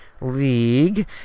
League